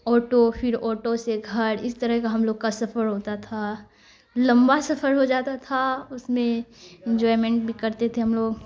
auto پھر auto سے گھر اس طرح کا ہم لوگ کا سفر ہوتا تھا لمبا سفر ہو جاتا تھا اس میں انجوائمنٹ بھی کرتے تھے ہم لوگ